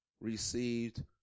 received